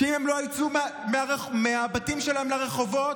שאם הם לא יצאו מהבתים שלהם לרחובות,